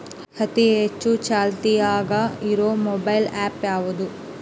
ಅತಿ ಹೆಚ್ಚ ಚಾಲ್ತಿಯಾಗ ಇರು ಮೊಬೈಲ್ ಆ್ಯಪ್ ಯಾವುದು?